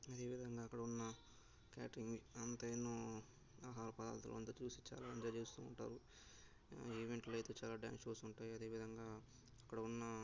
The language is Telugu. అదేవిధంగా అక్కడ ఉన్న క్యాటరింగ్ అంతయును ఆహార పదార్ధాలు అంతా చూసి చాలా ఎంజాయ్ చేస్తూ ఉంటారు ఈవెంట్లో అయితే చాలా డ్యాన్స్ షోస్ ఉంటాయి అదేవిధంగా అక్కడ ఉన్న